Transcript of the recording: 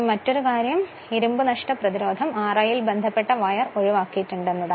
മറ്റൊരു കാര്യം എന്തെന്നാൽ ഇരുമ്പു നഷ്ട പ്രതിരോധം Riൽ ബന്ധപ്പെട്ട വയർ ഒഴിവാക്കിയിട്ടുണ്ട് എന്നതാണ്